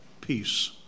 peace